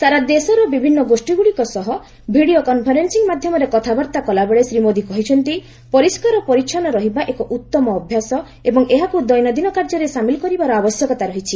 ସାରା ଦେଶର ବିଭିନ୍ନ ଗୋଷୀଗୁଡ଼ିକ ସହ ଭିଡ଼ିଓ କନ୍ଫରେନ୍ସିଂ ମାଧ୍ୟମରେ କଥାବାର୍ତ୍ତା କଲାବେଳେ ଶ୍ରୀ ମୋଦି କହିଛନ୍ତି ପରିଷ୍କାର ପରିଚ୍ଛନ୍ନ ରହିବା ଏକ ଉତ୍ତମ ଅଭ୍ୟାସ ଏବଂ ଏହାକୁ ଦୈନନ୍ଦିନ କାର୍ଯ୍ୟରେ ସାମିଲ୍ କରିବାର ଆବଶ୍ୟକତା ରହିଛି